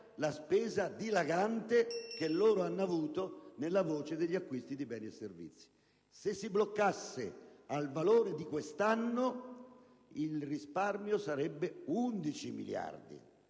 la spesa dilagante che hanno avuto nella voce degli acquisti di beni e servizi. Se tale spesa si bloccasse al valore di quest'anno, il risparmio sarebbe di 11 miliardi,